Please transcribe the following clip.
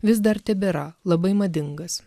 vis dar tebėra labai madingas